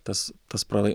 tas tas pralai